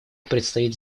предстоит